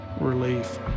relief